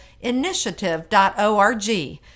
initiative.org